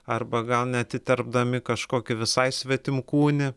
arba gal net įterpdami kažkokį visai svetimkūnį